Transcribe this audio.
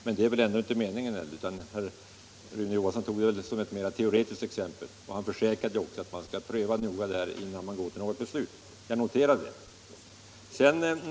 Men det är väl ändå inte meningen utan herr Rune Johansson tog det som ett mera teoretiskt exempel; han försäkrar ju också att man noga skall pröva frågan innan man går till något beslut. Jag noterar det.